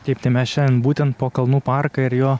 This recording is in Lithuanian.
taip tai mesšiandien būtent po kalnų parką ir jo